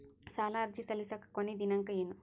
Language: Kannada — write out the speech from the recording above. ಸಾಲ ಅರ್ಜಿ ಸಲ್ಲಿಸಲಿಕ ಕೊನಿ ದಿನಾಂಕ ಏನು?